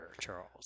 charles